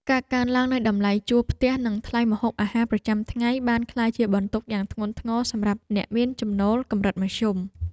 ការកើនឡើងនៃតម្លៃជួលផ្ទះនិងថ្លៃម្ហូបអាហារប្រចាំថ្ងៃបានក្លាយជាបន្ទុកយ៉ាងធ្ងន់ធ្ងរសម្រាប់អ្នកមានចំណូលកម្រិតមធ្យម។